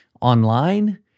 online